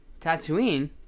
Tatooine